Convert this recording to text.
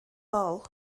bol